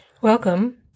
Welcome